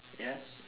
ya